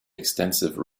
extensive